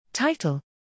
Title